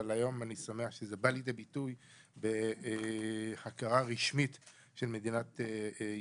אבל היום אני שמח שזה בא לידי ביטוי בחקיקה רשמית של מדינת ישראל.